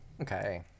okay